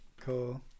Cool